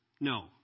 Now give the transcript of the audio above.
No